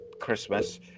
Christmas